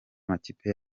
amakipe